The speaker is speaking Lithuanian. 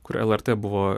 kur lrt buvo